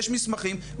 יש מסמכים,